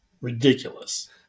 ridiculous